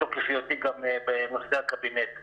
בתוקף היותי גם בנושא הקבינט.